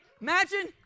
imagine